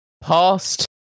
past